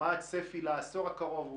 מה הצפי לעשור הקרוב.